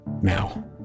now